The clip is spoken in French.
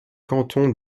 cantons